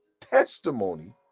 testimony